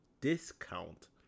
discount